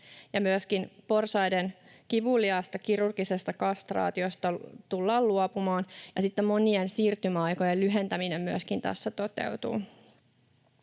Myöskin porsaiden kivuliaasta kirurgisesta kastraatiosta tullaan luopumaan, ja sitten monien siirtymäaikojen lyhentäminen myöskin tässä toteutuu.